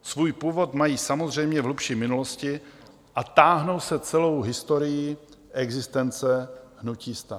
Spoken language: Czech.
Svůj původ mají samozřejmě v hlubší minulosti a táhnou se celou historií existence hnutí STAN.